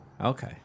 okay